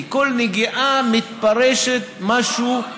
כי כל נגיעה מתפרשת כמשהו,